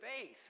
faith